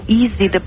easy